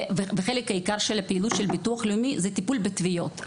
וחלק העיקר של העבודה של ביטוח לאומי זה טיפול בתביעות.